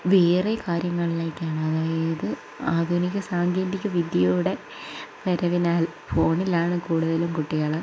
വേറെ കാര്യങ്ങളിലേക്കാണ് അതായത് ആധുനിക സാങ്കേതിക വിദ്യയുടെ വരവിനാൽ ഫോണിലാണ് കൂടുതലും കുട്ടികൾ